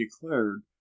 declared